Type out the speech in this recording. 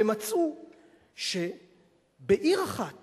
ומצאו שבעיר אחת